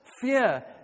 fear